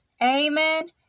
amen